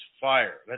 fire